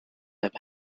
have